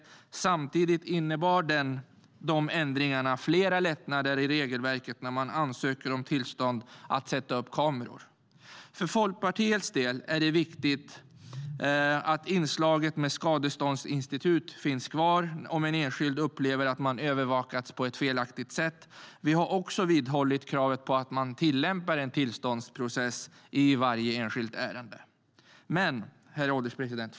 Men samtidigt innebär de ändringarna flera lättnader i regelverket när man ansöker om tillstånd att sätta upp kameror. För Folkpartiets del är det viktigt att inslaget med skadeståndsinstitut finns kvar om en enskild upplever att den övervakats på ett felaktigt sätt. Vi har också vidhållit kravet på att tillämpa en tillståndsprocess i varje enskilt ärende. Herr ålderspresident!